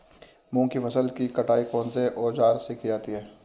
मूंग की फसल की कटाई कौनसे औज़ार से की जाती है?